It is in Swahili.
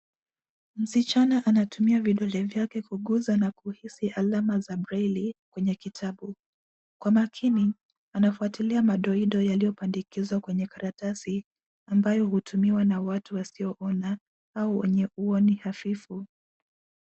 Msichana anatumia vidole vyake kuguza na kuhisi alama za braili kwenye kitabu. Kwa makini, anafuatulia madoido yaliopandikizwa kwenye karatasi ambayo hutumiwa na watu wasioona au wenye uoni hafifu.